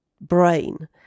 brain